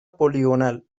poligonal